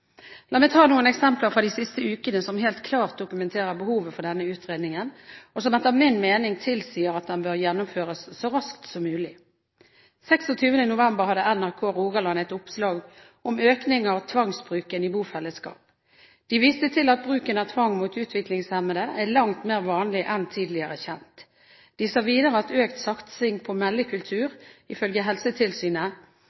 La meg ta noen eksempler fra de siste ukene som helt klart dokumenterer behovet for denne utredningen, og som etter min mening tilsier at den bør gjennomføres så raskt som mulig. Den 26. november hadde NRK Rogaland et oppslag om økning av tvangsbruken i bofellesskap. De viste til at bruken av tvang mot utviklingshemmede er langt mer vanlig enn tidligere kjent. De sa videre at økt satsing på meldekultur,